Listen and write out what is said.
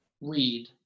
read